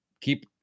keep